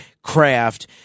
craft